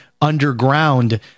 underground